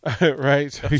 right